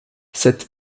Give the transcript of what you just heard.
cette